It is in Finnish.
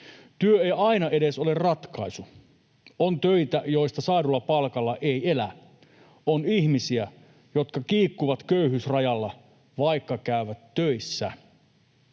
Työ ei aina edes ole ratkaisu. On töitä, joista saadulla palkalla ei elä. On ihmisiä, jotka kiikkuvat köyhyysrajalla, vaikka käyvät töissä.